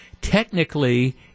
Technically